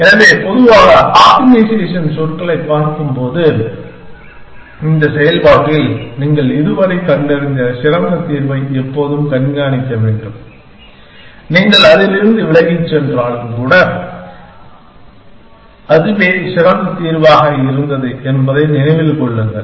எனவே பொதுவாக ஆப்டிமைசேஷன் சொற்களைப் பார்க்கும்போது இந்த செயல்பாட்டில் நீங்கள் இதுவரை கண்டறிந்த சிறந்த தீர்வை எப்போதும் கண்காணிக்க வேண்டும் நீங்கள் அதிலிருந்து விலகிச் சென்றிருந்தாலும் கூட அதுவே சிறந்த தீர்வாக இருந்தது என்பதை நினைவில் கொள்ளுங்கள்